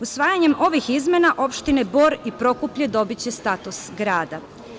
Usvajanjem ovih izmena, opštine Bor i Prokuplje dobiće status grada.